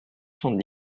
cent